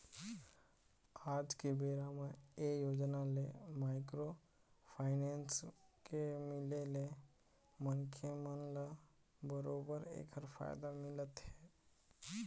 आज के बेरा म ये योजना ले माइक्रो फाइनेंस के मिले ले मनखे मन ल बरोबर ऐखर फायदा मिलत हे